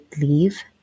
leave